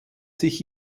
sich